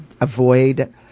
avoid